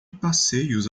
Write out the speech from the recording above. passeios